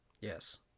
Yes